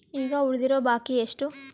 ಈಗ ಉಳಿದಿರೋ ಬಾಕಿ ಎಷ್ಟು?